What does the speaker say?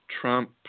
Trump